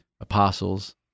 apostles